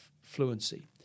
fluency